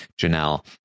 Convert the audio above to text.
Janelle